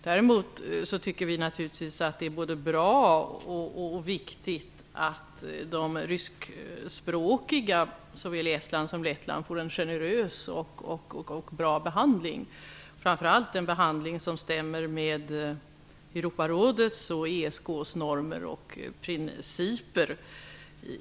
Däremot tycker vi naturligtvis att det är både bra och viktigt att de ryskspråkiga i såväl Estland som Lettland får en generös och bra behandling, framför allt att det är en behandling som stämmer överens med Europarådets och ESK:s normer och principer.